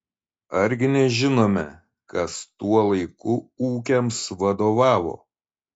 argi nežinome kas tuo laiku ūkiams vadovavo